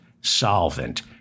solvent